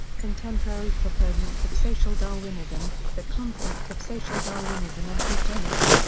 contemporary proponents of social darwinism the concept of social darwinism and eugenics,